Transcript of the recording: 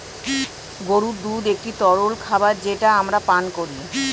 গরুর দুধ একটি তরল খাবার যেটা আমরা পান করি